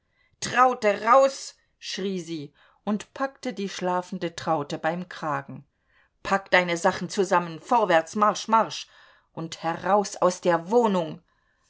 traute raus schrie sie und packte die schlafende traute beim kragen pack deine sachen zusammen vorwärts marsch marsch und heraus aus der wohnung